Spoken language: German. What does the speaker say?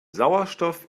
sauerstoff